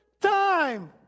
time